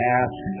ask